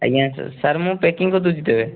ଆଜ୍ଞା sir sir ମୁଁ packing କରିଦେଉଛି ତେବେ